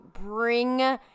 bring